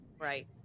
Right